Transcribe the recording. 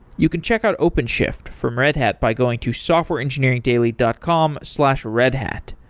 you can check out openshift from red hat by going to softwareengineeringdaily dot com slash redhat.